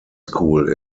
school